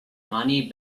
money